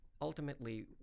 Ultimately